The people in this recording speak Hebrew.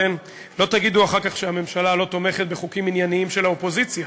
שלא תגידו אחר כך שהממשלה לא תומכת בחוקים ענייניים של האופוזיציה.